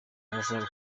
murashaka